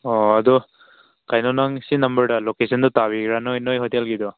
ꯑꯣ ꯑꯗꯨ ꯀꯩꯅꯣ ꯅꯪ ꯁꯤ ꯅꯝꯕꯔꯗ ꯂꯣꯀꯦꯁꯟꯗꯨ ꯊꯥꯕꯤꯒꯦꯔꯥ ꯅꯣꯏ ꯍꯣꯇꯦꯜꯒꯤꯗꯣ